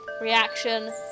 reaction